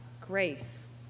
grace